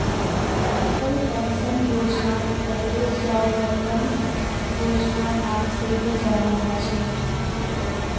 Atal pension योजनाक पहले स्वाबलंबन योजनार नाम से भी जाना जा छे